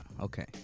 okay